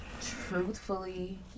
truthfully